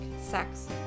sex